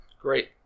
Great